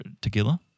tequila